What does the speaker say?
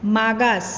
मागास